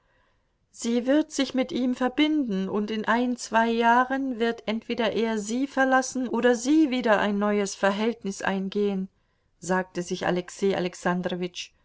sie wird sich mit ihm verbinden und in ein zwei jahren wird entweder er sie verlassen oder sie wieder ein neues verhältnis eingehen sagte sich alexei